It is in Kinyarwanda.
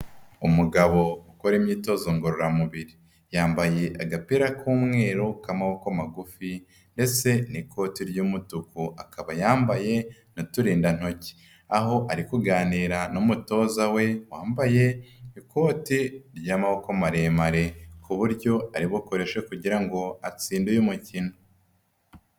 Umugabo ukora imyitozo ngororamubiri, yambaye agapira k'umweru k'amaboko magufi ndetse n'ikoti ry'umutuku akaba yambaye'aturindantoki, aho ari kuganira n'umutoza we wambaye ikote ry'amaboko maremare, ku buryo ari bukoreshe kugira ngo atsinde uyu mukino.